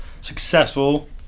successful